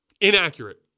inaccurate